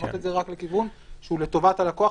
לשנות רק לכיוון שהוא לטובת הלקוח,